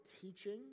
teaching